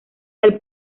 del